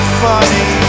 funny